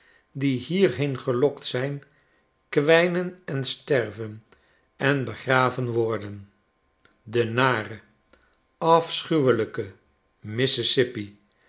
die hierheen gelokt zijn kwijnen en sterven en begraven worden denare afschuwelijke mississippi